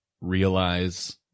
realize